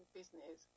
business